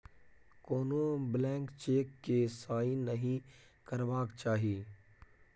कोनो blank cheque केँ sign नहि करबाक चाही